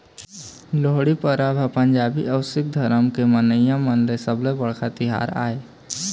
लोहड़ी परब ह पंजाबी अउ सिक्ख धरम के मनइया मन के सबले बड़का तिहार आय